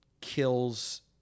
kills